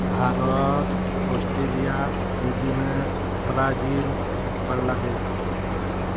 Bharat Australia New Zealand Brazil Bangladesh